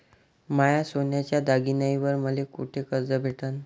माया सोन्याच्या दागिन्यांइवर मले कुठे कर्ज भेटन?